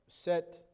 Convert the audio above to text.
set